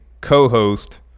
co-host